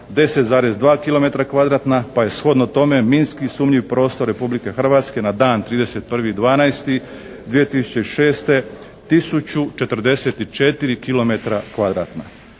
kvadratna pa je shodno tome minski sumnjiv prostor Republike Hrvatske na dan 31.12.2006. 1044